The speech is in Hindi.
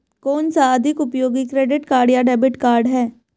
कौनसा अधिक उपयोगी क्रेडिट कार्ड या डेबिट कार्ड है?